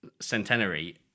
centenary